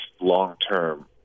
long-term